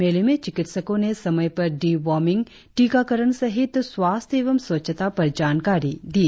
मेले में चिकित्सको ने समय पर डी वार्मिंग टीकाकरण सहित स्वास्थ्य एवं स्वच्छता पर जानकारी दिए